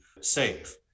safe